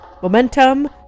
Momentum